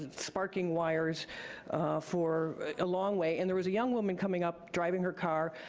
ah sparking wires for a long way, and there was a young woman coming up driving her car,